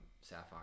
Sapphire